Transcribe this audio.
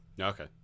Okay